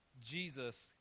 Jesus